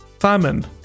Simon